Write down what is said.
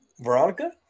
veronica